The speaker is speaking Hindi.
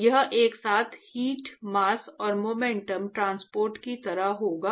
तो यह एक साथ हीट मास्स और मोमेंटम ट्रांसपोर्ट की तरह होगा